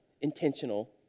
intentional